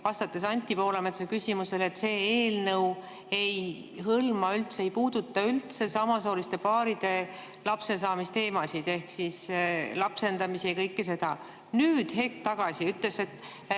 vastates Anti Poolametsa küsimusele, et see eelnõu ei hõlma üldse, ei puuduta üldse samasooliste paaride lapse saamise teemasid ehk lapsendamist ja kõike seda. Nüüd hetk tagasi ta ütles, et